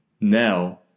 Now